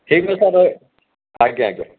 ଠିକ୍ ଅଛି ସାର୍ ଆଜ୍ଞା ଆଜ୍ଞା